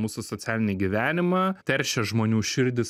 mūsų socialinį gyvenimą teršia žmonių širdis